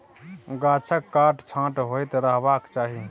गाछक काट छांट होइत रहबाक चाही